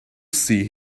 see